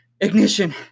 Ignition